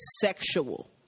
sexual